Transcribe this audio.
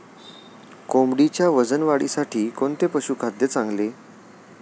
कोंबडीच्या वजन वाढीसाठी कोणते पशुखाद्य चांगले?